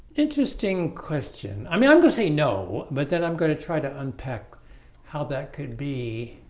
interesting question, i mean i'm gonna say no, but then i'm going to try to unpack how that could be.